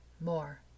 more